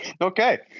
okay